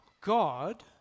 God